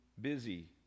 Busy